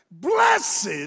Blessed